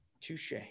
touche